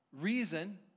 reason